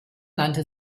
nannte